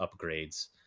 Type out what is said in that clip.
upgrades